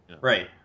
Right